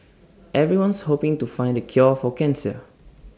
everyone's hoping to find the cure for cancer